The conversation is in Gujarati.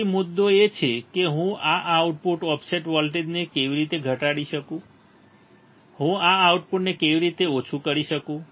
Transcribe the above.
તેથી મુદ્દો એ છે કે હું આ આઉટપુટ ઓફસેટ વોલ્ટેજને કેવી રીતે ઘટાડી શકું હું આ આઉટપુટને કેવી રીતે ઓછું કરી શકું